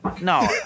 No